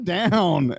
down